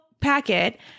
packet